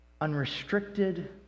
Unrestricted